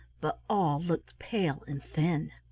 but all looked pale and thin.